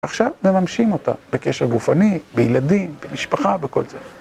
עכשיו ממשים אותה בקשר גופני, בילדים, במשפחה, בכל זה.